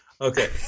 Okay